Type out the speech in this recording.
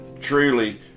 truly